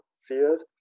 field